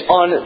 on